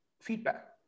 feedback